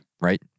Right